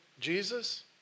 Jesus